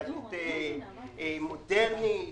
יהדות מודרנית.